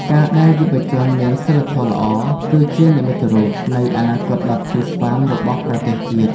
ការដែលយុវជនមានសីលធម៌ល្អ គឺជានិមិត្តរូបនៃអនាគតដ៏ភ្លឺស្វាងរបស់ប្រទេសជាតិ។